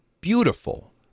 beautiful